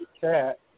chat